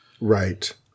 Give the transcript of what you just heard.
Right